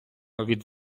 від